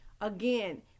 Again